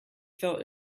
felt